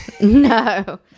no